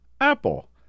Apple